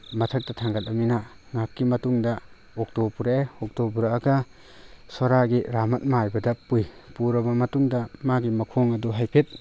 ꯃꯊꯛꯇ ꯊꯥꯡꯀꯠꯂꯕꯅꯤ ꯉꯥꯏꯍꯥꯛꯀꯤ ꯃꯇꯨꯡꯗ ꯑꯣꯇꯣ ꯄꯨꯔꯛꯑꯦ ꯑꯣꯇꯣ ꯄꯨꯔꯛꯑꯒ ꯁꯣꯔꯥꯒꯤ ꯔꯍꯥꯃꯠ ꯃꯥꯏꯕꯗ ꯄꯨꯏ ꯄꯨꯔꯕ ꯃꯇꯨꯡꯗ ꯃꯥꯒꯤ ꯃꯈꯣꯡ ꯑꯗꯨ ꯍꯥꯏꯐꯦꯠ